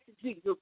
Jesus